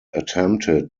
attempted